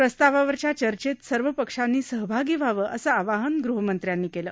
प्रस्तावावरच्या चर्चेत सर्व पक्षांनी सहभागी व्हावं असं आवाहन गृहमंत्र्यांनी केलं